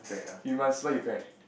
few months why you cry